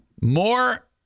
more